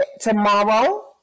tomorrow